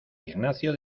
ignacio